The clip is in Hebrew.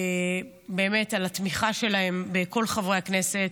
באמת, על התמיכה שלהם בכל חברי הכנסת,